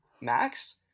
max